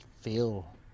feel